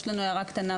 יש לנו כאן הערה קטנה.